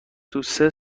توسه